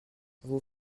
vos